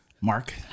Mark